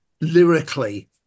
Lyrically